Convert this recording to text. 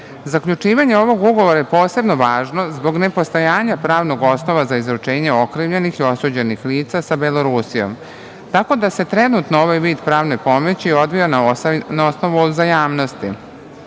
izrečena. Zaključenje ovog ugovora je posebno važno zbog nepostojanja pravnog osnova za izručenje okrivljenih ili osuđenih lica sa Belorusijom, tako da se trenutno ovaj vid pravne pomoći odvija na osnovu uzajamnosti. Naime,